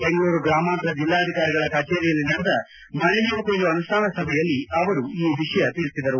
ಬೆಂಗಳೂರು ಗ್ರಾಮಾಂತರ ಜಿಲ್ಲಾಧಿಕಾರಿಗಳ ಕಚೇರಿಯಲ್ಲಿ ನಡೆದ ಮಳೆ ನೀರು ಕೊಯ್ಲು ಅನುಷ್ಠಾನ ಸಭೆಯಲ್ಲಿ ಅವರು ಈ ವಿಷಯ ತಿಳಿಸಿದರು